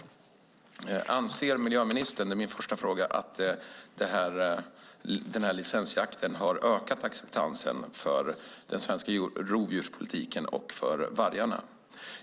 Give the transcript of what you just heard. Min första fråga är om miljöministern anser att den här licensjakten har ökat acceptansen för den svenska rovdjurspolitiken och för vargarna.